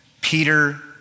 Peter